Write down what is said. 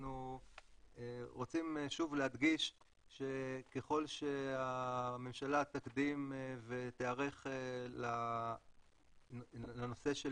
אנחנו רוצים שוב להדגיש שככל שהממשלה תקדים ותיערך לנושא של